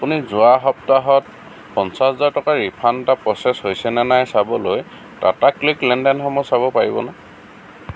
আপুনি যোৱা সপ্তাহত পঞ্চাছ হাজাৰ টকাৰ ৰিফাণ্ড এটা প্ৰ'চেছ হৈছেনে নাই চাবলৈ টাটা ক্লিক লেনদেনসমূহ চাব পাৰিবনে